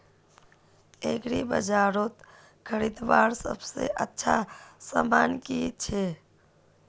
एग्रीबाजारोत खरीदवार सबसे अच्छा सामान की छे?